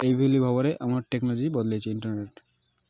ଏହିଭଳି ଭାବରେ ଆମ ଟେକ୍ନୋଲୋଜି ବଦଲେଇଛି ଇଣ୍ଟରନେଟ୍